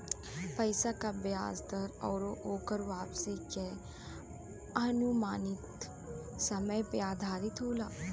पइसा क बियाज दर आउर ओकर वापसी के अनुमानित समय पे आधारित होला